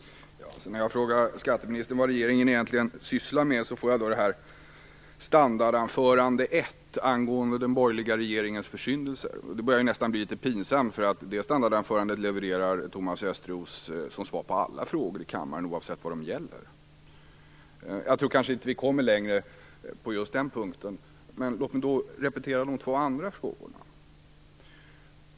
Fru talman! När jag frågar skatteministern vad regeringen egentligen sysslar med så får jag "Standardanförande nr 1 angående den borgerliga regeringens försyndelser". Det börjar nästan bli litet pinsamt, för det standardanförandet levererar Thomas Östros som svar på alla frågor i kammaren, oavsett vad de gäller. Jag tror kanske inte att vi kommer längre på just den punkten. Låt mig då repetera mina två andra frågor.